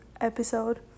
episode